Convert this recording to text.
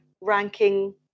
ranking